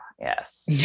yes